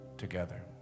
together